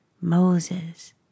Moses